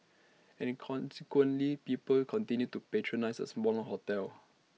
and consequently people continued to patronise A smaller hotel